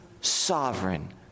sovereign